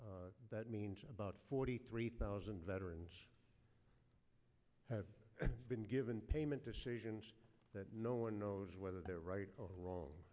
that means about forty three thousand veterans have been given payment to change and that no one knows whether they're right or wrong